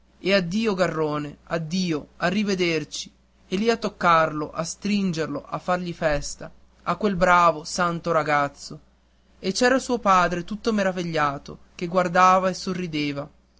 e addio garrone addio a rivederci e lì a toccarlo a stringerlo a fargli festa a quel bravo santo ragazzo e c'era suo padre tutto meravigliato che guardava e sorrideva